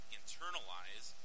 internalize